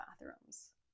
bathrooms